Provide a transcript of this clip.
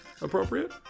appropriate